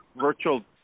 virtual